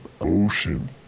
ocean